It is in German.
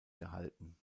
gehalten